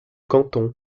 canton